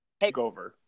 takeover